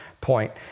point